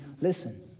Listen